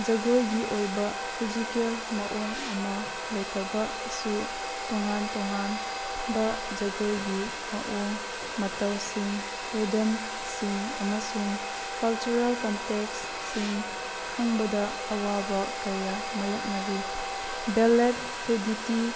ꯖꯒꯣꯏꯒꯤ ꯑꯣꯏꯕ ꯐꯤꯖꯤꯀꯦꯜ ꯃꯑꯣꯡ ꯑꯃ ꯂꯩꯇꯕꯁꯨ ꯇꯣꯉꯥꯟ ꯇꯣꯉꯥꯟꯕ ꯖꯒꯣꯏꯒꯤ ꯃꯑꯣꯡ ꯃꯇꯧꯁꯤꯡ ꯔꯤꯙꯝꯁꯤꯡ ꯑꯃꯁꯨꯡ ꯀꯜꯆꯔꯦꯜ ꯀꯣꯟꯇꯦꯛꯁꯤꯡ ꯈꯪꯕꯗ ꯑꯋꯥꯕ ꯀꯌꯥ ꯃꯥꯏꯌꯣꯛꯅꯔꯤ ꯕꯦꯂꯦꯠ ꯐ꯭ꯂꯨꯗꯤꯇꯤ